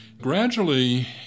Gradually